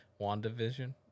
WandaVision